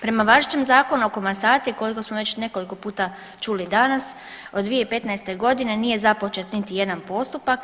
Prema važećem Zakonu o komasaciji koliko smo već nekoliko puta čuli danas od 2015. godine nije započet niti jedan postupak.